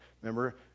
Remember